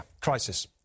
crisis